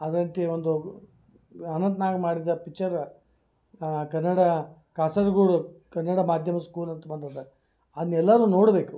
ಅದರಂತೆ ಒಂದು ಅನಂತ್ನಾಗ್ ಮಾಡಿದ ಪಿಚ್ಚರ್ ಕನ್ನಡ ಕಾಸರಗೋಡು ಕನ್ನಡ ಮಾಧ್ಯಮದ ಸ್ಕೂಲ್ ಅಂತ ಬಂದಿದೆ ಅದ್ನ ಎಲ್ಲರೂ ನೋಡಬೇಕು